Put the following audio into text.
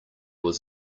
was